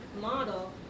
model